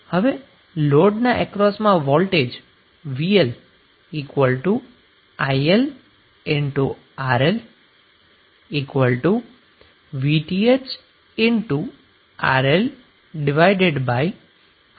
હવે લોડ ના અક્રોસમાં voltage VL IL RL VTh RL Rth RL મળે છે